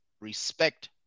respect